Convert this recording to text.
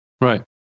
Right